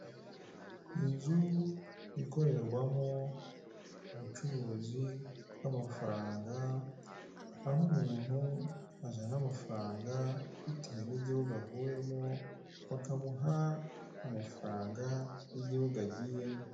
Inzu ikorerwamo ubucuruzi bw'amafaranga aho umuntu azana amafaranga bitewe n'igihugu avuyemo bakamuha amafaranga y'igihugu agiyemo.